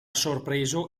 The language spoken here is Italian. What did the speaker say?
sorpreso